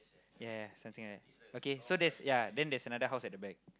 yeah something like that okay so yeah then there's another house at the back